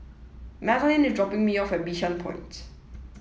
Madelyn is dropping me off at Bishan Point